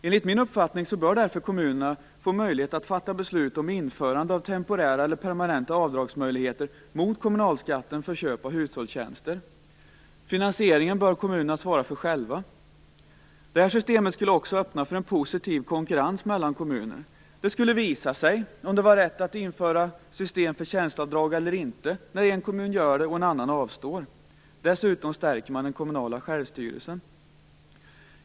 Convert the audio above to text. Enligt min uppfattning bör därför kommunerna få möjlighet att fatta beslut om införande av temporära eller permanenta avdragsmöjligheter mot kommunalskatten för köp av hushållstjänster. Finansieringen bör kommunerna få svara för själva. Det här systemet skulle också öppna för en positiv konkurrens mellan kommuner. Det skulle visa sig om det var rätt att införa systemet med tjänsteavdrag eller inte när en kommun gör det och en annan avstår. Dessutom stärker man den kommunala självstyrelsen.